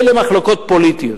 אלה מחלוקות פוליטיות.